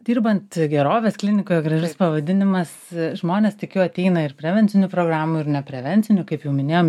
dirbant gerovės klinikoje gražus pavadinimas žmonės tikiu ateina ir prevencinių programų ir ne prevencinių kaip jau minėjom